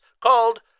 called